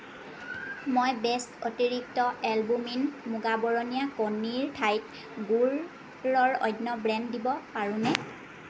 মই বেষ্ট অতিৰিক্ত এলবুমিন মূগা বৰণীয়া কণীৰ ঠাইত গুৰৰ অন্য ব্ৰেণ্ড দিব পাৰোঁনে